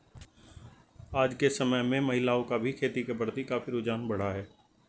आज के समय में महिलाओं का भी खेती के प्रति काफी रुझान बढ़ा है